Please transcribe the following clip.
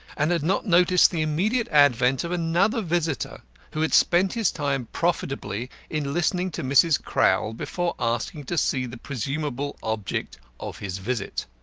and had not noticed the immediate advent of another visitor who had spent his time profitably in listening to mrs. crowl before asking to see the presumable object of his visit.